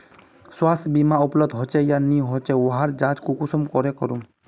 स्वास्थ्य बीमा उपलब्ध होचे या नी होचे वहार जाँच कुंसम करे करूम?